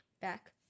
Back